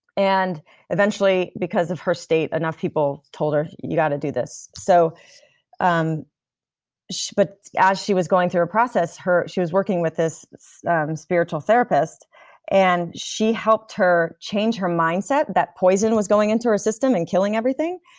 and eventually because of her state, enough people told her, you've got to do this. so um but but as she was going through her process, she was working with this spiritual therapist and she helped her change her mindset that poison was going into her system and killing everything,